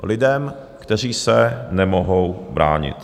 Lidem, kteří se nemohou bránit.